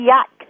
Yuck